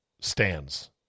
stands